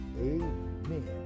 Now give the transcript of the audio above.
Amen